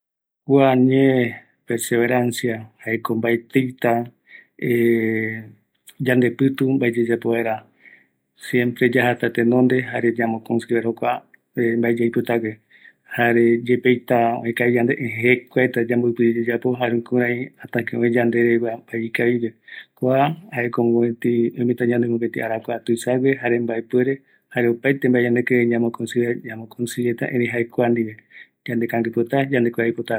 Kua ñee ikavigueva, yayapo vaera ikavi, yepetei yavaigueva, mbaetɨta yayembopɨtu, ñanekïreïavei yayapo, jare yaraja ñavae regua yaipotava